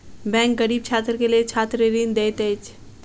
bank गरीब छात्र के लेल छात्र ऋण दैत अछि